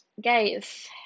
guys